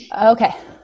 Okay